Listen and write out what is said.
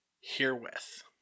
herewith